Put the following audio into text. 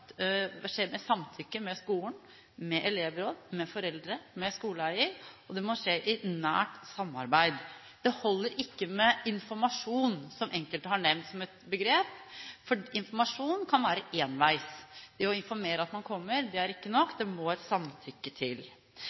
skje i et nært samarbeid. Det holder ikke med informasjon, som enkelte har nevnt som et begrep, for informasjon kan være enveis. Det å informere om at man kommer, er ikke nok, det må et samtykke til.